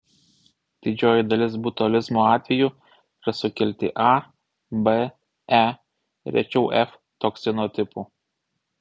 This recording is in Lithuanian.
didžioji dalis botulizmo atvejų yra sukelti a b e rečiau f toksino tipų